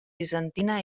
bizantina